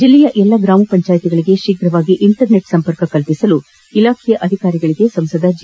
ಜಿಲ್ಲೆಯ ಎಲ್ಲ ಗ್ರಾಮಪಂಚಾಯತಿಗಳಿಗೆ ಶೀಫ್ರವಾಗಿ ಇಂಟರ್ನೆಟ್ ಸಂಪರ್ಕ ಕಲ್ಪಿಸಲು ಇಲಾಖೆಯ ಅಧಿಕಾರಿಗಳಿಗೆ ಸಂಸದ ಜಿ